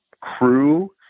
crew